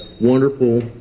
wonderful